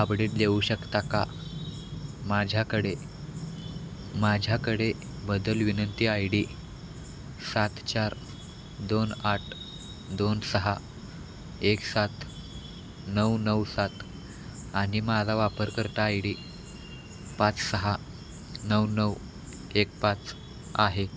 अपडे देऊ शकता का माझ्याकडे माझ्याकडे बदल विनंती आय डी सात चार दोन आठ दोन सहा एक सात नऊ नऊ सात आणि माझा वापरकर्ता आय डी पाच सहा नऊ नऊ एक पाच आहे